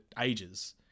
ages